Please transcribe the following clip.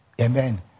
amen